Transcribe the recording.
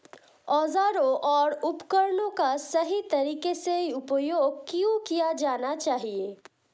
औजारों और उपकरणों का सही तरीके से उपयोग क्यों किया जाना चाहिए?